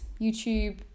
YouTube